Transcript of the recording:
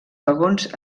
vagons